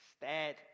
stead